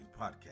podcast